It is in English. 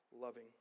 loving